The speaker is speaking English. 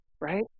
right